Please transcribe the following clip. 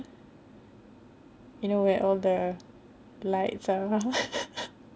you know where all the lights are